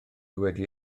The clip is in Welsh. wedi